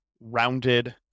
rounded